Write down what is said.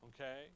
okay